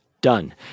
done